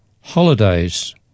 holidays